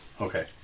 Okay